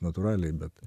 natūraliai bet